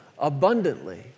abundantly